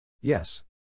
Yes